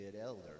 elder